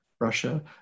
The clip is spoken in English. Russia